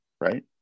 right